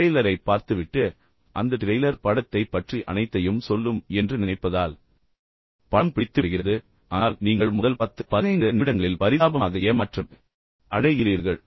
ட்ரெய்லரைப் பார்த்துவிட்டு அந்த டிரெய்லர் படத்தைப் பற்றி அனைத்தையும் சொல்லும் என்று நினைப்பதால் படம் பிடித்துவிடுகிறது ஆனால் நீங்கள் முதல் 10 15 நிமிடங்களில் பரிதாபமாக ஏமாற்றம் அடைகிறீர்கள்